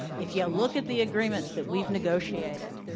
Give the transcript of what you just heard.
if you look at the agreements that we've negotiated,